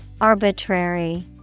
Arbitrary